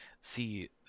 See